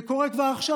זה קורה כבר עכשיו,